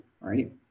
right